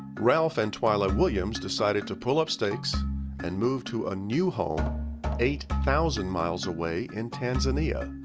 ralph and twyla williams decided to pull up stakes and move to a new home eight thousand miles away in tanzania.